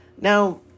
Now